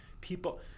people